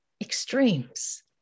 Extremes